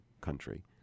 country